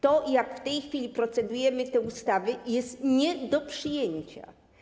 To, jak w tej chwili procedujemy te ustawy, jest nie do przyjęcia.